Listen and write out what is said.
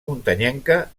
muntanyenca